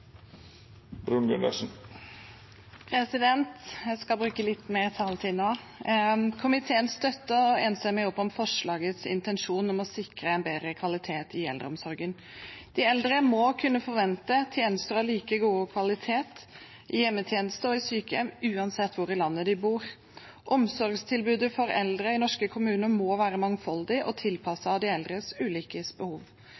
er vedteke. Jeg skal bruke litt mer taletid nå. Komiteen støtter enstemmig opp om forslagets intensjon om å sikre en bedre kvalitet i eldreomsorgen. De eldre må kunne forvente tjenester av like god kvalitet i hjemmetjeneste og sykehjem uansett hvor i landet de bor. Omsorgstilbudet for eldre i norske kommuner må være mangfoldig og